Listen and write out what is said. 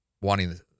wanting